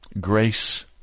grace